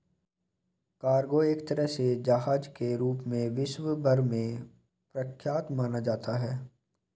cargo एक तरह के जहाज के रूप में विश्व भर में प्रख्यात माना जाता है